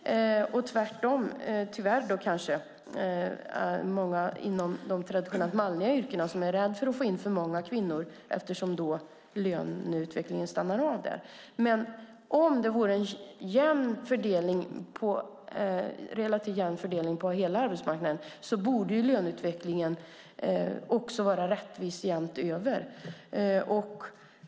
Tvärtom, tyvärr, är många inom de traditionellt manliga yrkena rädda för att få in för många kvinnor eftersom löneutvecklingen då stannar av där. Men om det vore en relativt jämn fördelning på hela arbetsmarknaden borde löneutvecklingen också vara rättvis rakt över.